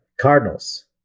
Cardinals